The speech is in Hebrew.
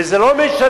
וזה לא משנה,